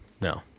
no